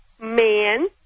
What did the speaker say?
man